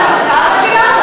כמה שילמת?